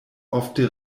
ofte